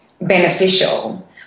beneficial